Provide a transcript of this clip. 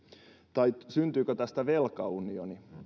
tai syntyykö tästä velkaunioni